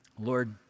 Lord